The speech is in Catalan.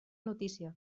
notícia